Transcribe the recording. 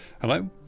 Hello